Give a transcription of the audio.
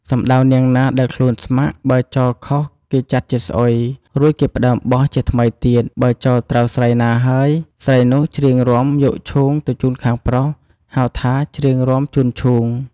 សំដៅនាងណាដែលខ្លួនស្ម័គ្រ បើចោលខុសគេចាត់ជាស្អុយ រួចគេផ្តើមបោះ ជាថ្មីទៀត បើចោលត្រូវស្រីណាហើយ ស្រីនោះច្រៀងរាំយកឈូងទៅជូនខាងប្រុស ហៅថាច្រៀងរាំជូនឈូង។